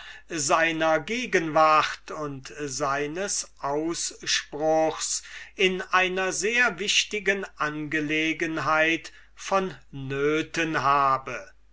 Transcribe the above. seiner gegenwart und seines ausspruchs in einer sehr wichtigen angelegenheit vonnöten habe